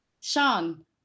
Sean